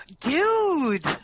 Dude